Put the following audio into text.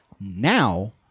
now